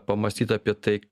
pamąstyt apie tai